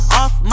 off